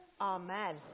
Amen